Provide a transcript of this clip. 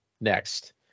next